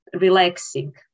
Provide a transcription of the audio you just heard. relaxing